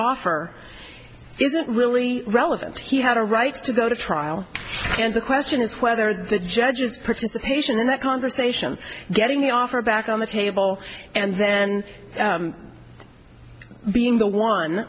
offer isn't really relevant he had a right to go to trial and the question is whether the judge is participation in that conversation getting the offer back on the table and then being the one